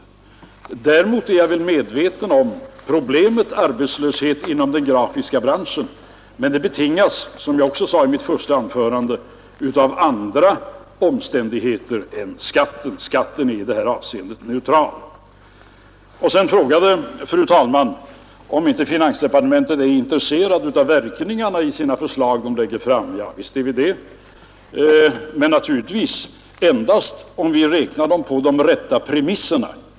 Däremot är jag medveten om arbetslöshetsproblemet inom den grafiska branschen. Men det betingas, som jag också sade i mitt första anförande, av andra omständigheter än skatten, som i detta avseende är neutral. Fru andre vice talmannen frågade vidare om inte finansdepartementet är intresserat av verkningarna av de förslag det lägger fram. Visst är vi det, men naturligtvis endast om vi räknar dem på de rätta premisserna.